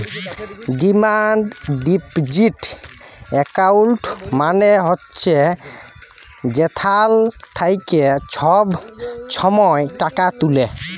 demand deposit account মালে হছে যেখাল থ্যাইকে ছব ছময় টাকা তুলে